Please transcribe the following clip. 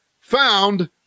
found